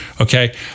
okay